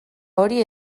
hori